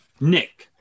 Nick